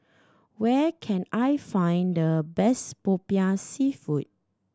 where can I find the best Popiah Seafood